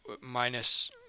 Minus